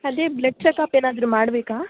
ಅದೇ blood checkup ಏನಾದರು ಮಾಡಬೇಕಾ